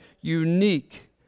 unique